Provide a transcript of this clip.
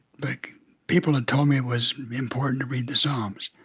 but people had told me it was important to read the psalms.